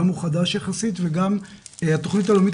הוא גם חדש יחסית וגם התוכנית הלאומית